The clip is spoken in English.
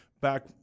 back